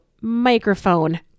microphone